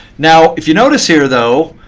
now if you notice here though,